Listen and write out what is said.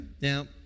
Now